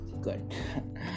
good